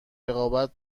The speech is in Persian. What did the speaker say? رقابت